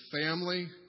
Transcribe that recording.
family